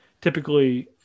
typically